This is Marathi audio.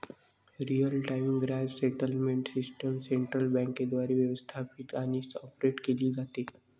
real time gross settlement system central बँकेद्वारे व्यवस्थापित आणि ऑपरेट केली जाते